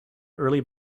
early